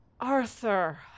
Arthur